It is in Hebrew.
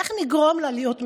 איך נגרום לה להיות מאושרת?